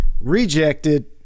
Rejected